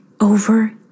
over